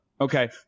Okay